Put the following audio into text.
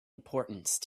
importance